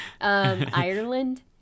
ireland